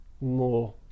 more